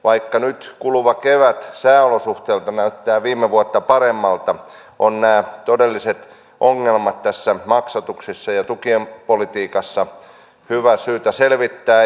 vaikka nyt kuluva kevät sääolosuhteiltaan näyttää viime vuotta paremmalta ovat nämä todelliset ongelmat tässä maksatuksessa ja tukipolitiikassa hyvä ja syytä selvittää